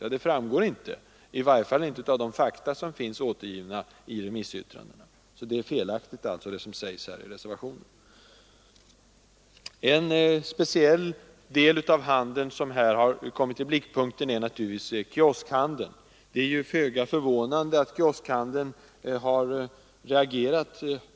Nej, det framgår inte, i varje fall inte av de fakta som finns återgivna i remissyttrandena. Det som på denna punkt sägs i reservationen är alltså felaktigt. En speciell del av handeln som kommit i blickpunkten i detta sammanhang är naturligtvis kioskhandeln, Det är föga förvånande att kioskhandeln har reagerat.